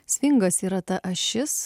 svingas yra ta ašis